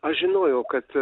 aš žinojau kad